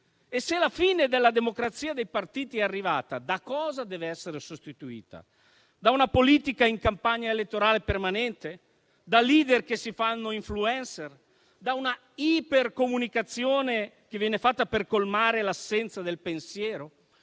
e, se la fine della democrazia dei partiti è arrivata, da cosa dev'essere sostituita? Da una politica in campagna elettorale permanente? Da *leader* che si fanno *influencer*? Da una ipercomunicazione che viene fatta per colmare l'assenza del pensiero?